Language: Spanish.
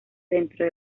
dentro